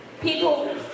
People